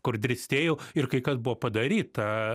kur dristėju ir kai kas buvo padaryta